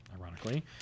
Ironically